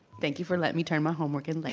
thank you for letting me turn my homework in late.